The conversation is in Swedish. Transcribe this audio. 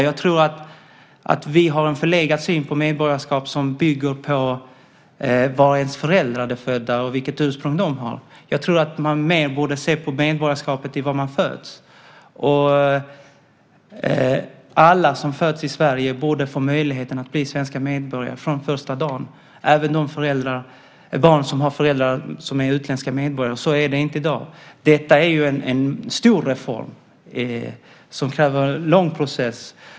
Jag tror att vi har en förlegad syn på medborgarskap som bygger på var ens föräldrar är födda och vilket ursprung de har. Jag tror att man mer borde se på medborgarskapet där man föds. Alla som föds i Sverige borde få möjligheten att bli svenska medborgare från första dagen, även de barn som har föräldrar som är utländska medborgare. Så är det inte i dag. Detta är en stor reform, som kräver en lång process.